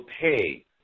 pay